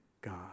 God